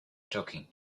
talking